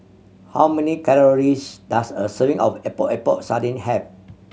how many calories does a serving of Epok Epok Sardin have